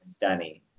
Danny